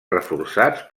reforçats